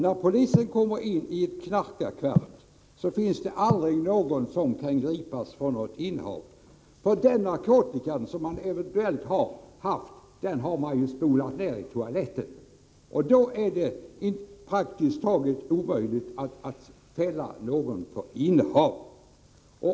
När polisen kommer in i en knarkarkvart, finns där aldrig någon som kan gripas för ett innehav. Den narkotika som man eventuellt haft har man spolat ned i toaletten. Då är det praktiskt taget omöjligt att fälla någon för innehav.